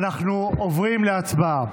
אנחנו עוברים להצבעה.